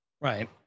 Right